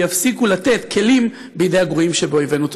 ויפסיקו לתת כלים בידי הגרועים שבאויבינו.